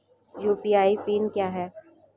UPI PIN क्या है?